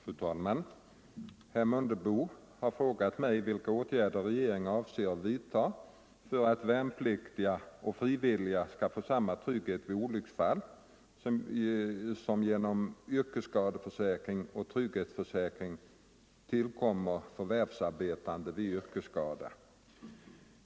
Fru talman! Herr Mundebo har frågat mig vilka åtgärder regeringen avser att vidta för att värnpliktiga och frivilliga skall få samma trygghet vid olycksfall som genom yrkesskadeförsäkring och trygghetsförsäkring tillkommer förvärvsarbetande vid yrkesskada.